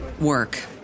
work